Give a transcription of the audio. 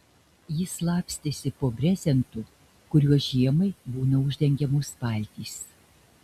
jis slapstėsi po brezentu kuriuo žiemai būna uždengiamos valtys